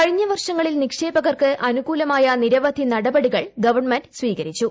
കഴിഞ്ഞ വർഷങ്ങളിൽ നിക്ഷേപകർക്ക് അനുകൂലമായ നിരവധി നടപടികൾ ഗവൺമെന്റ് സ്വീകരിച്ചു